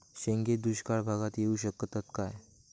शेंगे दुष्काळ भागाक येऊ शकतत काय?